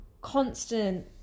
constant